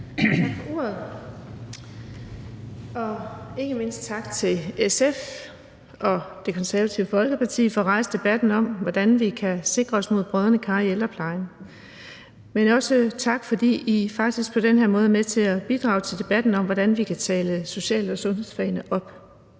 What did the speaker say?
Tak for ordet, og ikke mindst tak til SF og Det Konservative Folkeparti for at rejse debatten om, hvordan vi kan sikre os mod brodne kar i ældreplejen, men også tak, fordi I faktisk på den her måde er med til at bidrage til debatten om, hvordan vi kan tale social- og sundhedsfagene op.